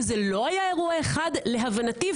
וזה לא היה אירוע אחד להבנתי,